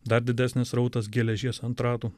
dar didesnis srautas geležies ant ratų